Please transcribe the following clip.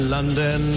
London